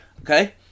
Okay